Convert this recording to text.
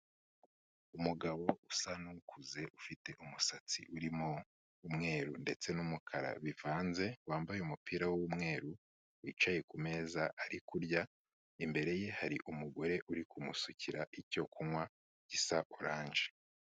Umugabo usa n'ukuze ufite umusatsi urimo umweru ndetse n'umukara bivanze, wambaye umupira w'umweru, wicaye ku meza ari kurya, imbere ye hari umugore uri kumusukira icyo kunywa gisa oranje.